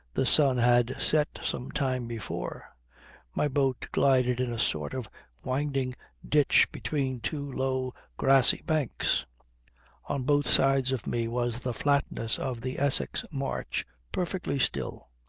the sun had set some time before my boat glided in a sort of winding ditch between two low grassy banks on both sides of me was the flatness of the essex marsh, perfectly still.